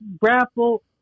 grapple